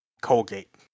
Colgate